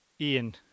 Ian